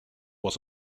was